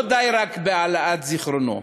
לא די בהעלאת זיכרונו,